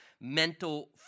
mental